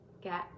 get